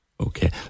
Okay